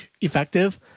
effective